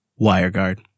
WireGuard